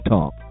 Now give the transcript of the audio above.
Talk